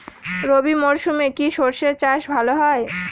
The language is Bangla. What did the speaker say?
রবি মরশুমে কি সর্ষে চাষ ভালো হয়?